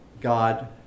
God